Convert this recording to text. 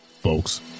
folks